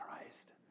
Christ